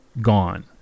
gone